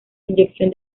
inyección